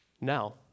Now